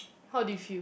how do you feel